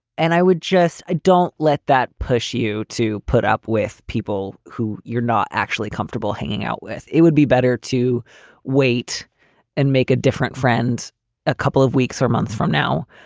and i would just don't let that push you to put up with people who you're not actually comfortable hanging out with. it would be better to wait and make a different friends a couple of weeks or months from now.